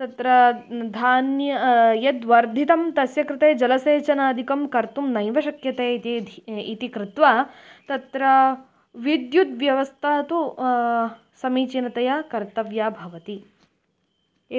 तत्र धान्यं यद्वर्धितं तस्य कृते जलसेचनादिकं कर्तुं नैव शक्यते इति यदि इति कृत्वा तत्र विद्युद्व्यवस्था तु समीचीनतया कर्तव्या भवति